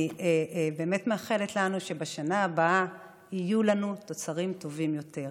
אני באמת מאחלת לנו שבשנה הבאה יהיו לנו תוצרים טובים יותר.